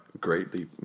greatly